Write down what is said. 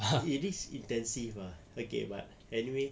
it is intensive ah okay but anyway